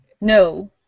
No